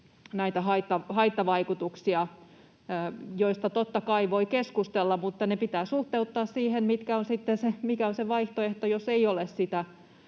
näitä haittavaikutuksia, joista totta kai voi keskustella, mutta ne pitää suhteuttaa siihen, mikä on sitten se vaihtoehto, jos ei ole sitä